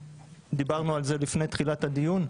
דיברנו על זה לפני תחילת הדיון.